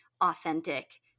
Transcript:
authentic